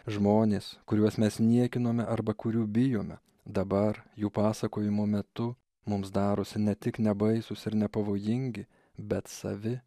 žmonės kuriuos mes niekiname arba kurių bijome dabar jų pasakojimo metu mums darosi ne tik nebaisūs ir nepavojingi bet savi